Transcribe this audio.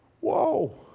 Whoa